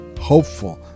hopeful